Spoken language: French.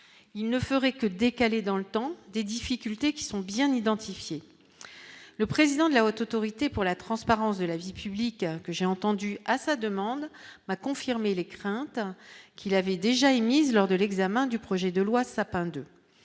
il ne ferait que décalé dans le temps des difficultés qui sont bien identifiés, le président de la Haute autorité pour la transparence de la vie publique que j'ai entendu à sa demande a confirmer les craintes qu'il avait déjà émise lors de l'examen du projet de loi Sapin 2